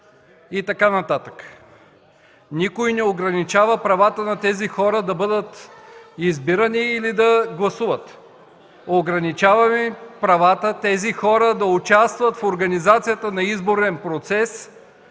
и така нататък. Никой не ограничава правата на тези хора да бъдат избирани или да гласуват. Ограничаваме правата на тези хора да участват в организацията на изборен процес,